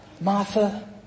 Martha